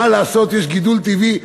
מה לעשות, יש גידול טבעי,